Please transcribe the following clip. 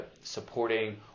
supporting